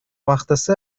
убактысы